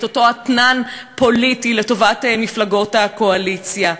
את אותו אתנן פוליטי לטובת מפלגות הקואליציה.